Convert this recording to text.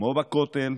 כמו בכותל,